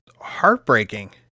heartbreaking